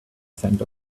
scent